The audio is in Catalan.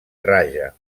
raja